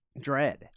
dread